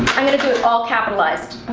i'm gonna do it all capitalized